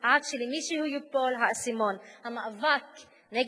עד שלמישהו ייפול האסימון: המאבק נגד